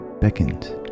beckons